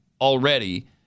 already